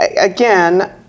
again